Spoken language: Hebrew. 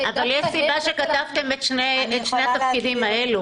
--- אבל יש סיבה שכתבתם את שני התפקידים האלו.